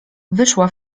wyszła